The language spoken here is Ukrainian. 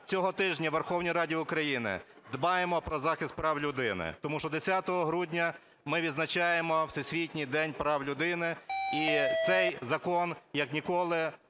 цього тижня у Верховній Раді України дбаємо про захист прав людини, тому що 10 грудня ми відзначаємо Всесвітній день прав людини, і цей закон, як ніколи,